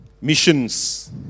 Missions